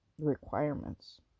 requirements